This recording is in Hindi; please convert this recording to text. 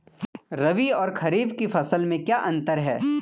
रबी और खरीफ की फसल में क्या अंतर है?